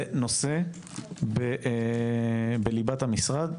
זה נושא בליבת המשרד.